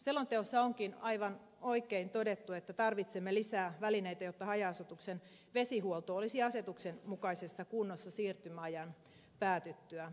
selonteossa onkin aivan oikein todettu että tarvitsemme lisää välineitä jotta haja asutuksen vesihuolto olisi asetuksen mukaisessa kunnossa siirtymäajan päätyttyä